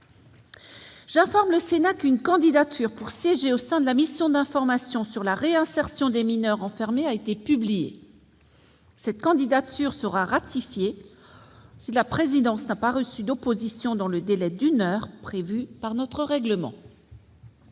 J'informe le Sénat qu'une candidature pour siéger au sein de la mission d'information sur la réinsertion des mineurs enfermés a été publiée. Cette candidature sera ratifiée si la présidence n'a pas reçu d'opposition dans le délai d'une heure prévu par notre règlement.